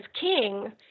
king